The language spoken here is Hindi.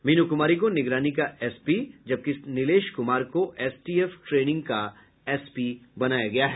मीनू कुमारी को निगरानी का एसपी जबकि नीलेश कुमार को एसटीएफ ट्रेनिंग का एसपी बनाया गया है